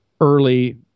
early